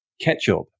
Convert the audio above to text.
ketchup